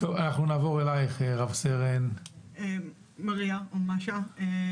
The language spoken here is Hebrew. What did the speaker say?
נעבור אלייך, רב-סרן מריה יודשקין.